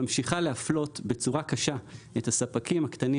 ממשיכה להפלות בצורה קשה את הספקים הקטנים